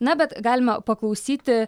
na bet galima paklausyti